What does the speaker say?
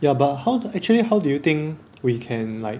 ya but how actually how do you think we can like